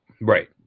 Right